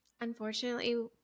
unfortunately